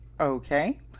Okay